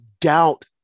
doubt